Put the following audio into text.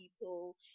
people